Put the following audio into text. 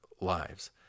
lives